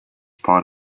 part